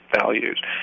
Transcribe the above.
values